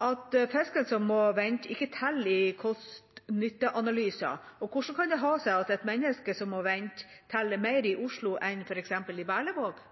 at fisken som må vente, ikke teller i kost–nytte-analyser, og hvordan kan det ha seg at et menneske som må vente, teller mer i Oslo enn f.eks. i Berlevåg?